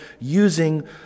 using